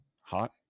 hot